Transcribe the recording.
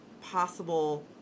possible